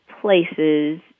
places